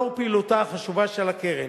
לאור פעילותה החשובה של הקרן,